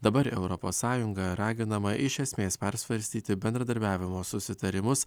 dabar europos sąjunga raginama iš esmės persvarstyti bendradarbiavimo susitarimus